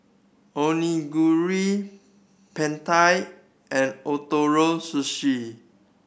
Onigiri Pad Thai and Ootoro Sushi